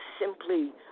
simply